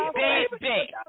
baby